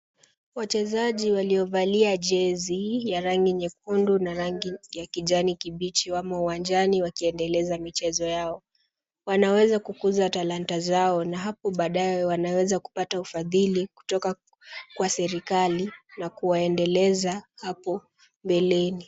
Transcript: Wachezaji waliovalia jezi ya rangi nyekundu na rangi ya kijani kibichi wamo uwanjani wakiendeleza michezo yao. Wanaweza kukuza talanta zao na hapo baadaye wanaweza kupata ufadhili kutoka kwa serikali na kujiendeleza hapo mbeleni.